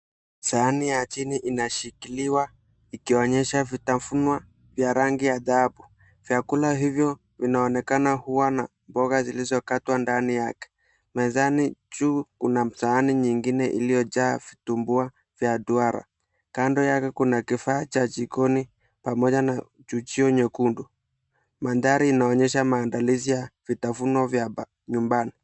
Sahani ya chini inashikiliwa ikionyesha vitafunwa vya rangi ya dhahabu. Vyakula hivyo vinaonekana huwa na mboga zilizokatwa ndani yake. Mezani juu kuna msahani nyingine iliyojaa vitumbua vya duara. Kando yake kuna kifaa cha jikoni pamoja na chujio nyekundu. Mandhari inaonyesha maandalizi ya vitafunwa vya nyumbani.